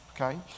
Okay